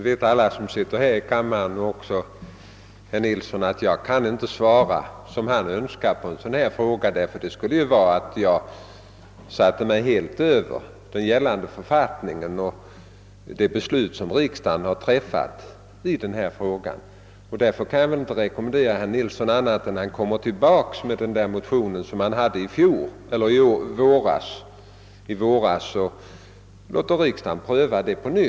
Herr talman! Alla här i kammaren och även herr Nilsson vet, att jag inte kan svara som han önskar på denna fråga. Det skulle betyda att jag helt satte mig över gällande författning och det beslut som riksdagen fattat i ären det. Därför kan jag inte rekommendera herr Nilsson något annat än att återkomma med den motion som han väckte i våras och på nytt låta riksdagen pröva den saken.